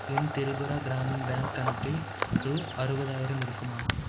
என் Tripura Gramin bank கணக்கில் ரூ அறுபதாயிரம் இருக்குமா